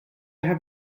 have